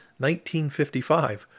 1955